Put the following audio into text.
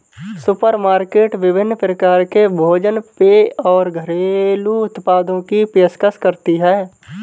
supermarket विभिन्न प्रकार के भोजन पेय और घरेलू उत्पादों की पेशकश करती है